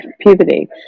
puberty